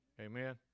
Amen